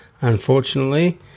Unfortunately